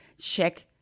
check